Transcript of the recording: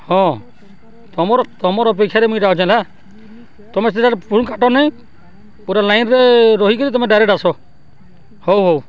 ହଁ ତୁମର ତୁମର ଅପେକ୍ଷାରେ ମୁଇଁ ରହୁଛେ ନା ତୁମେ ସେଇଟାରେ ଫୋନ୍ କାଟ ନାହିଁ ପୁରା ଲାଇନ୍ରେ ରହିକିରି ତୁମେ ଡାଇରେକ୍ଟ ଆସ ହଉ ହଉ